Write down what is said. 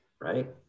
right